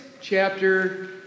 chapter